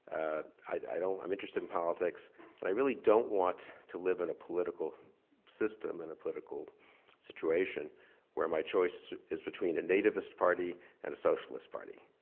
i don't, i'm interested in politics but i really don't want to live in a political system and a political situation where my choice is between a nativist party and a socialist party.